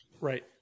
Right